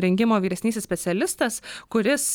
rengimo vyresnysis specialistas kuris